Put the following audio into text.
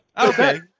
Okay